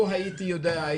לו הייתי יודע,